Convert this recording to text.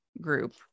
group